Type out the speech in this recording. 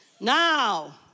Now